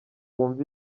wumve